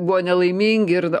buvo nelaimingi ir